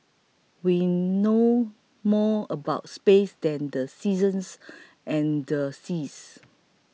we know more about space than the seasons and the seas